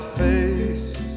face